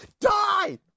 Die